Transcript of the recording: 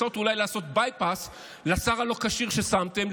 לנסות אולי לעשות bypass לשר הלא-כשיר ששמתם,